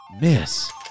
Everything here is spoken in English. miss